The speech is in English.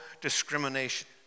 discrimination